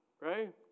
right